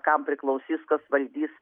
kam priklausys kas valdys